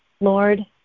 Lord